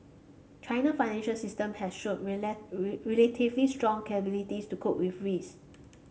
China financial system has shown relatively strong capability to cope with risk